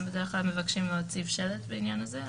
בדרך כלל מבקשים להציב שלט בעניין הזה,